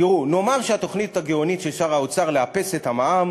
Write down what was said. תראו: נאמר שהתוכנית הגאונית של שר האוצר לאפס את המע"מ